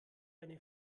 eine